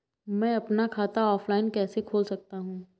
मैं अपना खाता ऑफलाइन कैसे खोल सकता हूँ?